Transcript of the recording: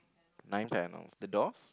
nine panel the door